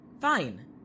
Fine